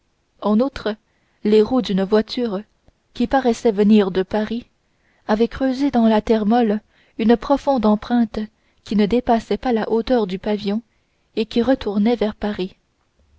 en outre les roues d'une voiture qui paraissait venir de paris avaient creusé dans la terre molle une profonde empreinte qui ne dépassait pas la hauteur du pavillon et qui retournait vers paris